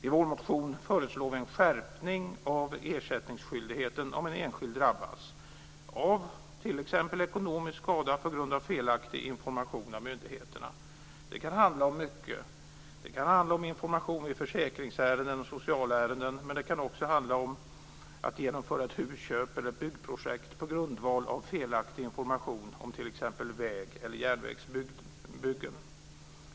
I vår motion föreslår vi en skärpning av ersättningsskyldigheten om en enskild drabbas av t.ex. ekonomisk skada på grund av felaktig information från myndigheterna. Det kan handla om mycket. Det kan handla om information i försäkringsärenden och socialärenden, men det kan också handla om att genomföra ett husköp eller ett byggprojekt på grundval av felaktig information om t.ex. väg eller järnvägsbyggen.